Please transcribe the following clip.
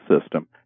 system